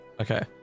Okay